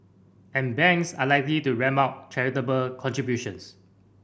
and banks are likely to ramp up charitable contributions